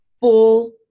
full